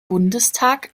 bundestag